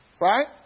Right